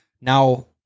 now